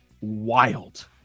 wild